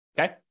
okay